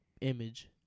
image